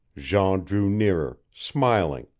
jean drew nearer, smiling,